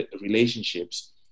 relationships